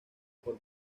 por